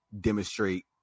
demonstrate